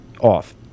off